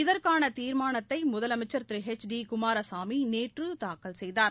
இதற்கானதீர்மானத்தைமுதலமைச்சர் திருஎச் டி குமாரசாமி நேற்றுதாக்கல் செய்தார்